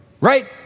Right